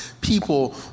people